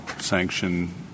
sanction